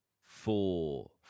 four